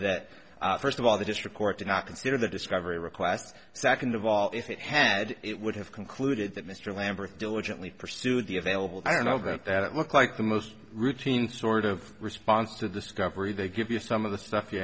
that first of all the district court did not consider the discovery requests second of all if it had it would have concluded that mr lamberth diligently pursued the available and i'll grant that it looked like the most routine sort of response to discovery they give you some of the stuff you